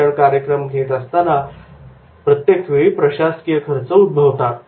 प्रशिक्षण कार्यक्रम घेत असताना प्रत्येक वेळी प्रशासकीय खर्च उद्भवतात